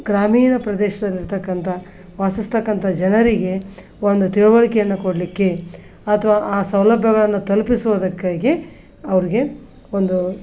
ಗ್ರಾಮೀಣ ಪ್ರದೇಶದಲ್ಲಿರತಕ್ಕಂಥ ವಾಸಿಸತಕ್ಕಂಥ ಜನರಿಗೆ ಒಂದು ತಿಳಿವಳಿಕೆಯನ್ನ ಕೊಡಲಿಕ್ಕೆ ಅಥವಾ ಆ ಸೌಲಭ್ಯಗಳನ್ನು ತಲುಪಿಸೋದಕ್ಕಾಗಿ ಅವ್ರಿಗೆ ಒಂದು